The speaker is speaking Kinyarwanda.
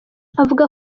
avuga